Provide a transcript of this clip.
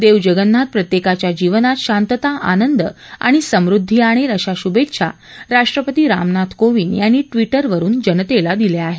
देव जगन्नाथ प्रत्येकाच्या जीवनात शांतता आनंद आणि समुद्धी आणेल अशा शुभेच्छा राष्ट्रपती रामनाथ कोविंद यांनी ट्विटर वरून जनतेला दिल्या आहेत